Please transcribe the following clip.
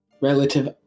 relative